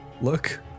look